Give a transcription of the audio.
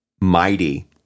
mighty